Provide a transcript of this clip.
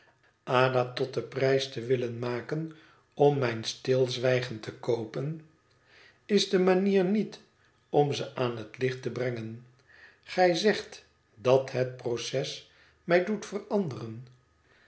ada tot den prijs te willen maken om mijn stilzwijgen te koopen is de manier niet om ze aan het licht te brengen gij zegt dat het proces mij doet veranderen